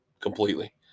completely